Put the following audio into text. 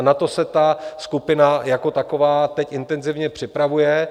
A na to se ta skupina jako taková teď intenzivně připravuje.